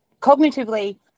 cognitively